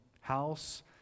house